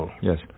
yes